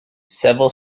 several